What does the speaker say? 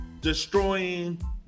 destroying